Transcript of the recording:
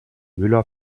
müller